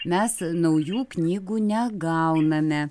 mes naujų knygų negauname